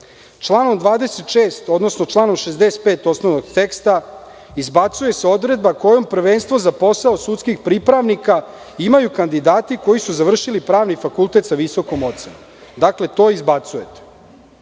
rada. Članom 26. odnosno članom 65. osnovnog teksta izbacuje se odredba kojom prvenstvo za posao sudskih pripravnika imaju kandidati koji su završili pravni fakultet sa visokom ocenom. Dakle, to izbacujete.